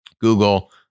google